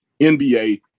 NBA